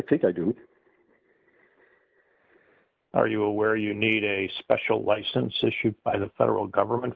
think i do are you aware you need a special license issued by the federal government